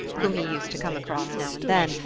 whom he used to come across now and then,